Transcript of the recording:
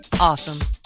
awesome